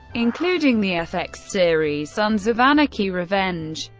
including the fx series sons of anarchy, revenge,